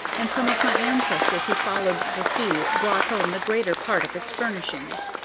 and some of my ancestors who followed the sea brought home the greater part of its furnishings.